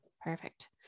Perfect